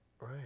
Right